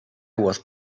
was